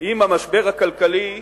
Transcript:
עם המשבר הכלכלי הקשה,